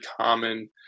common